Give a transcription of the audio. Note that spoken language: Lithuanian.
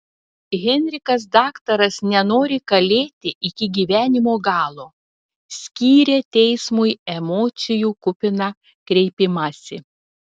henrikas daktaras nenori kalėti iki gyvenimo galo skyrė teismui emocijų kupiną kreipimąsi